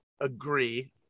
agree